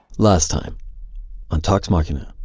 last time on talks machina.